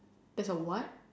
there's a what